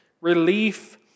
relief